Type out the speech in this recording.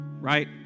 right